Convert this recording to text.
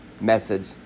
message